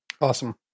awesome